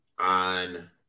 on